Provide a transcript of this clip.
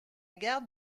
gare